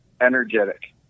energetic